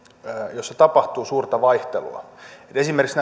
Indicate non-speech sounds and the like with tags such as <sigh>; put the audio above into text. joissa tapahtuu suurta vaihtelua esimerkiksi <unintelligible>